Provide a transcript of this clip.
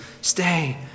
stay